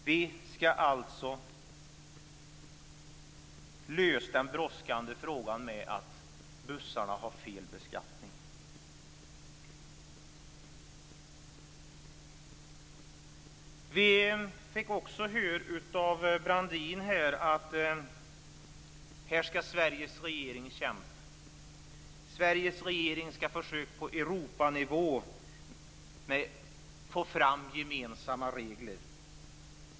Vi skall alltså lösa den brådskande frågan med att bussarna har fel beskattning. Vi fick också höra av Brandin att här skall Sveriges regering kämpa. Sveriges regering skall försöka att på Europanivå få fram gemensamma regler.